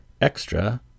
Extra